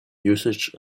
usage